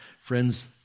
Friends